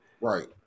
Right